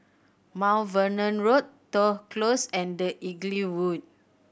Mount Vernon Road Toh Close and The Inglewood